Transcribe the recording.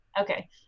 Okay